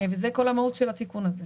וזו כל המהות של התיקון הזה.